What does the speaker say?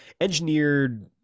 engineered